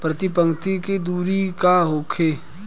प्रति पंक्ति के दूरी का होखे?